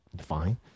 fine